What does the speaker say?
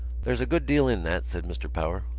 there's a good deal in that, said mr. power.